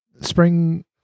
Spring